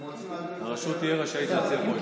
הם רוצים להעביר --- הרשות תהיה רשאית להציע פרויקטים.